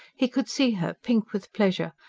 he could see her, pink with pleasure,